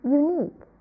unique